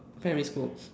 primary school